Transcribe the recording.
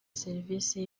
serivisi